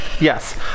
Yes